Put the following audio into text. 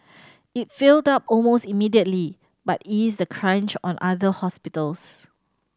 it filled up almost immediately but eased the crunch on other hospitals